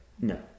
No